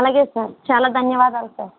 అలాగే సార్ చాలా ధన్యవాదాలు సార్